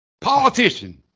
politician